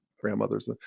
grandmothers